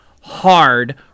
hard